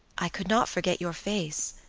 i could not forget your face.